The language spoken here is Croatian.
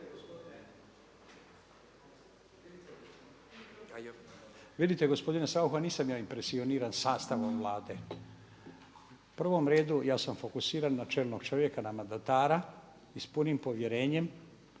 Vidite gospodine Saucha nisam ja impresioniran sastavom Vlade. U prvom redu ja sam fokusiran na čelnog čovjeka, na mandatara i s punim povjerenjem